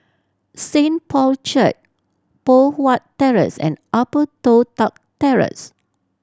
Saint Paul Church Poh Huat Terrace and Upper Toh Tuck Terrace